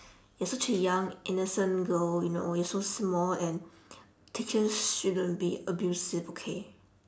you're such a young innocent girl you know you're so small and teachers shouldn't be abusive okay